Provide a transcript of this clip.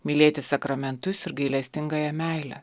mylėti sakramentus ir gailestingąją meilę